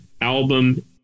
album